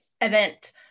event